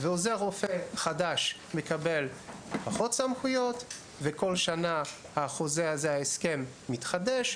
כשעוזר רופא חדש מקבל פחות סמכויות וכל שנה החוזה שלו מתחדש.